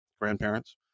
grandparents